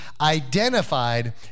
identified